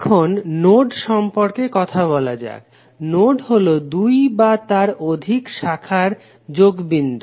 এখন নোড সম্পর্কে কথা বলা যাক নোড হলো দুই বা তার অধিক শাখার যোগ বিন্দু